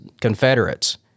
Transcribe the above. Confederates